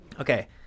Okay